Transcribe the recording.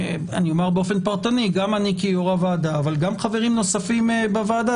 גם אני כיושב-ראש הוועדה וגם חברים נוספים בוועדה,